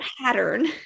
pattern